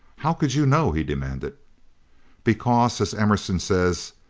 how could you know? he demanded. because, as emerson says,